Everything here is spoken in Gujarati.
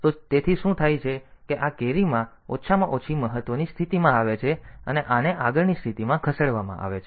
તેથી શું થાય છે કે આ કેરી ઓછામાં ઓછી મહત્વની સ્થિતિમાં આવે છે અને આને આગળની સ્થિતિમાં ખસેડવામાં આવે છે